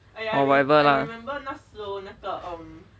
oh whatever lah